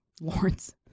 Lawrence